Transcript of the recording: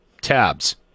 tabs